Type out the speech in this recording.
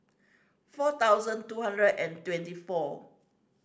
four thousand two hundred and twenty four